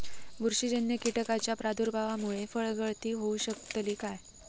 बुरशीजन्य कीटकाच्या प्रादुर्भावामूळे फळगळती होऊ शकतली काय?